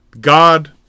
God